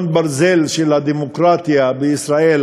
של הדמוקרטיה בישראל,